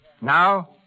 Now